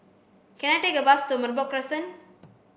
can I take a bus to Merbok Crescent